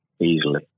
easily